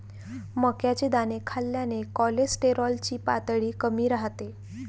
मक्याचे दाणे खाल्ल्याने कोलेस्टेरॉल ची पातळी कमी राहते